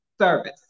service